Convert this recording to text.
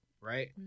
right